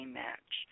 match